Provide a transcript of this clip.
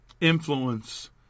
influence